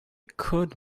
could